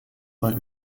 bei